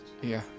-"Yeah